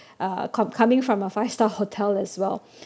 uh com~ coming from a five star hotel as well